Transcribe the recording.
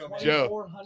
Joe